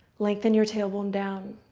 lengthen your tailbone down.